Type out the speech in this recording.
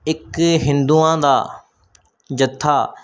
ਇੱਕ ਹਿੰਦੂਆਂ ਦਾ ਜੱਥਾ